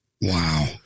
Wow